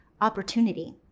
opportunity